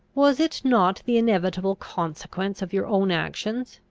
was it not the inevitable consequence of your own actions?